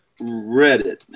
Reddit